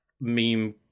meme